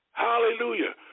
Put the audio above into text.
Hallelujah